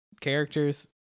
characters